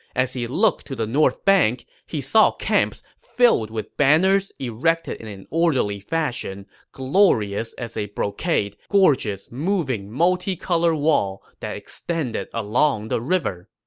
as he looked to the north bank, he saw camps filled with banners erected in an orderly fashion, glorious as a brocade, a gorgeous, moving, multicolor wall that extended along the river.